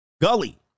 Gully